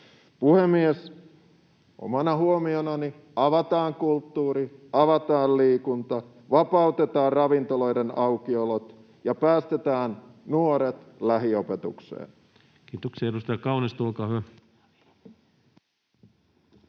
Puhemies! Omana huomionani: avataan kulttuuri, avataan liikunta, vapautetaan ravintoloiden aukiolot ja päästetään nuoret lähiopetukseen. Kiitoksia. — Edustaja Kaunisto, olkaa hyvä.